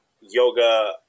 yoga